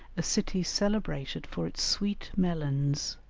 a city celebrated for its sweet melons,